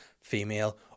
female